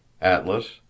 atlas